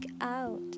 out